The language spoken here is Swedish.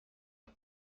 att